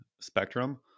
spectrum